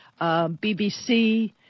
BBC